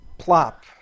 plop